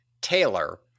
Taylor